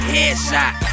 Headshot